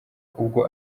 ubwo